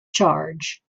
charge